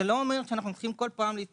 לא אומר שאנחנו הולכים להסתמך,